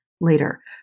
later